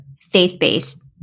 faith-based